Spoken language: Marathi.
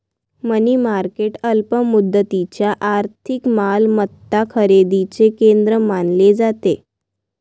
मनी मार्केट अल्प मुदतीच्या आर्थिक मालमत्ता खरेदीचे केंद्र मानले जाते